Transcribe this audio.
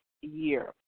year